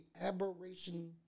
aberration